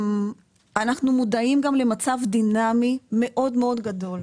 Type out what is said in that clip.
אנחנו מודעים גם למצב דינמי מאוד גדול.